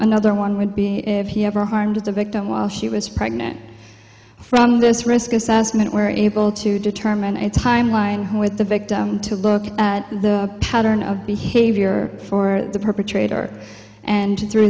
another one would be if he ever harmed the victim while she was pregnant from this risk assessment were able to determine a timeline with the victim to look at the pattern of behavior for the perpetrator and through